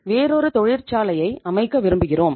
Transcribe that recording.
வேறொரு தொழிற்ச்சலையை அமைக்க விரும்புகிறோம்